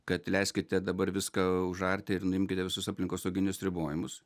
kad leiskite dabar viską užarti ir nuimkite visus aplinkosauginius ribojimus